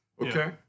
okay